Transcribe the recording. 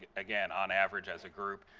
again, on average as a group,